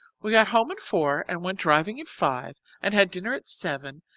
we got home at four and went driving at five and had dinner at seven,